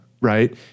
right